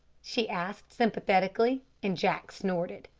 she asked, sympathetically, and jack snorted.